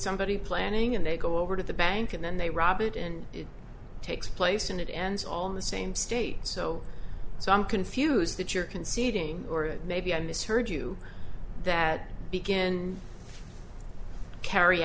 somebody planning and they go over to the bank and then they rob it and it takes place and it ends all in the same state so so i'm confused that you're conceding or it maybe i misheard you that begin carry